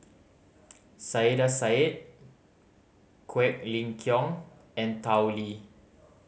Saiedah Said Quek Ling Kiong and Tao Li